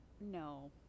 No